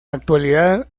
actualidad